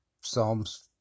Psalms